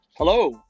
Hello